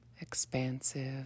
expansive